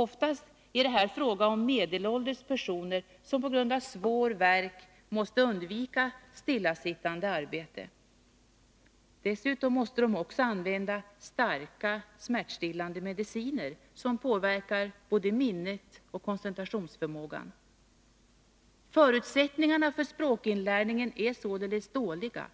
Oftast är det här fråga om medelålders personer som på grund av svår värk måste undvika stillasittande arbete. Dessutom måste dessa personer använda starka, smärtstillande mediciner, som påverkar både minnet och koncentrationsförmågan. Förutsättningarna för språkinlärningen är således dåliga,